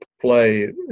play